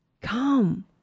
Come